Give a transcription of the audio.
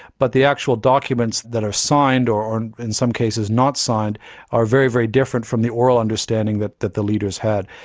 but the actual documents that are assigned or in some cases not signed are very, very different from the oral understanding that that the leaders had.